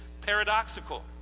paradoxical